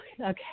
Okay